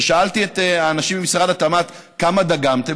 כששאלתי את האנשים ממשרד התמ"ת: כמה דגמתם?